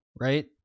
Right